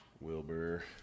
Wilbur